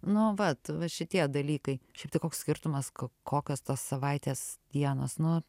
nu vat va šitie dalykai šiaip tai koks skirtumas kokios tos savaitės dienos nu